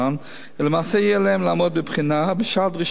עליהם לעמוד בבחינה ובשאר דרישות החוק לשם